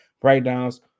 breakdowns